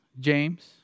James